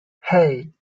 hey